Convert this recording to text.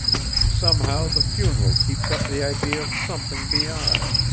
somehow the funeral keeps up the idea of something beyond.